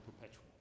perpetual